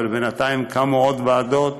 אבל בינתיים קמו עוד ועדות.